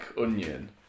onion